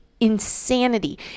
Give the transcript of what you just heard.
insanity